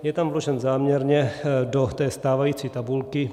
Je tam vložen záměrně do té stávající tabulky.